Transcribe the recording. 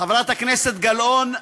חברת הכנסת גלאון,